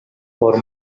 for